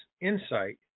insight